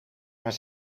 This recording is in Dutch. maar